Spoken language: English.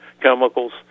chemicals